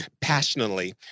passionately